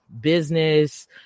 business